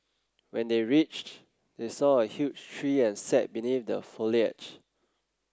when they reached they saw a huge tree and sat beneath the foliage